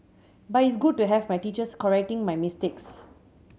but it's good to have my teachers correcting my mistakes